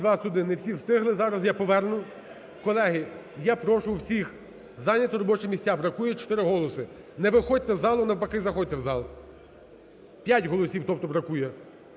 За-221 Не всі встигли. Зараз я поверну. Колеги, я прошу всіх зайняти робочі місця, бракує чотири голоси. Не виходьте з залу, навпаки заходьте в зал. П'ять голосів тобто бракує.